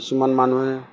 কিছুমান মানুহে